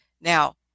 Now